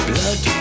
Blood